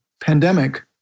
pandemic